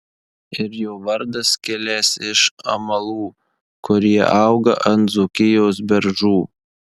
ir jo vardas kilęs iš amalų kurie auga ant dzūkijos beržų